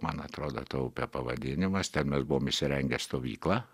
man atrodo ta upė pavadinimas ten mes buvom įsirengę stovyklą